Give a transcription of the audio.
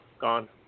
gone